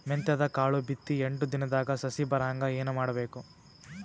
ಮೆಂತ್ಯದ ಕಾಳು ಬಿತ್ತಿ ಎಂಟು ದಿನದಾಗ ಸಸಿ ಬರಹಂಗ ಏನ ಮಾಡಬೇಕು?